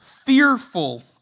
fearful